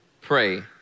pray